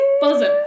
Buzzing